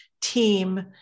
team